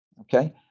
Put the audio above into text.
okay